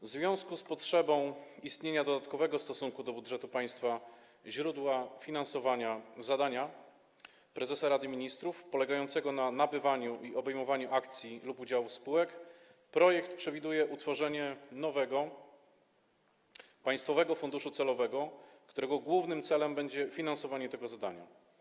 W związku z potrzebą istnienia dodatkowego w stosunku do budżetu państwa źródła finansowania zadania prezesa Rady Ministrów polegającego na nabywaniu lub obejmowaniu akcji lub udziałów spółek projekt przewiduje utworzenie nowego państwowego funduszu celowego, którego głównym celem będzie finansowanie tego zadania.